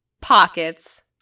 Pockets